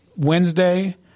wednesday